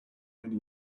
many